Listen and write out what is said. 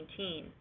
2019